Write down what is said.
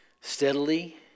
steadily